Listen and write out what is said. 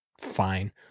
fine